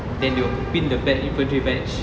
then they will pin the infantry badge